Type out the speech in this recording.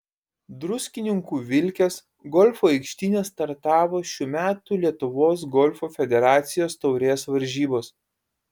druskininkų vilkės golfo aikštyne startavo šių metų lietuvos golfo federacijos taurės varžybos